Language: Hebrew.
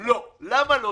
לא, למה לא?